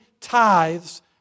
tithes